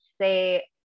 say